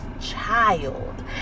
child